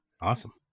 Awesome